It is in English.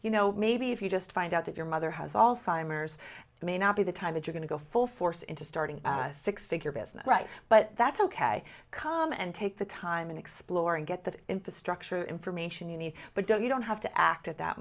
you know maybe if you just find out that your mother has all simers it may not be the time the going to go full force into starting six figure business right but that's ok come and take the time and explore and get the infrastructure information you need but don't you don't have to act at that